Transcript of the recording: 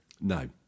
No